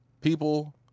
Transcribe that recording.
people